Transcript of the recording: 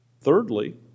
Thirdly